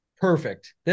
Perfect